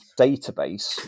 database